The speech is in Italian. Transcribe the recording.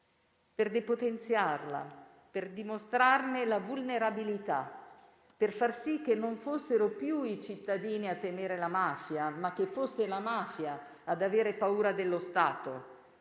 per depotenziarla, per dimostrarne la vulnerabilità, per far sì che non fossero più i cittadini a temere la mafia, ma che fosse la mafia ad avere paura dello Stato.